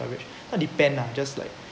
coverage not depend lah just like